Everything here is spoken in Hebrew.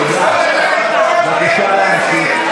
בבקשה להמשיך.